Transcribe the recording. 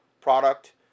product